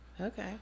Okay